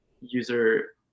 user